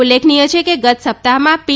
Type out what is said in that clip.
ઉલ્લેખનીય છે કે ગત સપ્તાહમાં પી